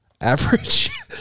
Average